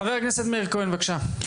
חבר הכנסת מאיר כהן, בבקשה.